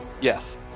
Yes